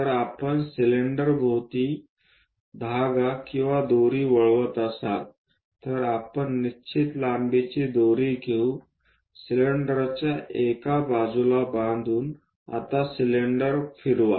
जर आपण सिलेंडरभोवती धागा किंवा दोरी वळवत असाल तर आपण निश्चित लांबीची दोरी घेऊ सिलिंडरच्या एका बाजूला बांधून आता सिलिंडर फिरवा